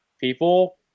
people